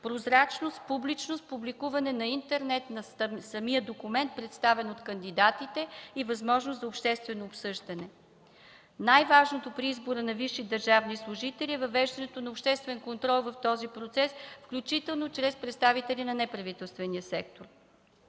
прозрачност, публичност, публикуване на интернет на самия документ, представен от кандидатите, и възможност за обществено обсъждане. Най-важното при избора на висши държавни служители е въвеждането на обществен контрол в този процес, включително чрез представители на неправителствения сектор.